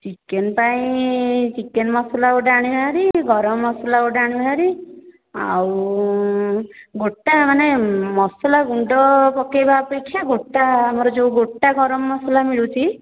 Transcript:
chicken ପାଇଁ chicken masala ଗୋଟେ ଆଣିବା ହାରି ଗରମ ମସଲା ଗୋଟେ ଆଣିବା ହାରି ଆଉ ଗୋଟା ମାନେ ମସଲା ଗୁଣ୍ଡ ପକାଇବା ଅପେକ୍ଷା ଗୋଟା ଆମର ଯେଉଁ ଗୋଟା ଗରମ ମସଲା ମିଳୁଛି